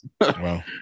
Wow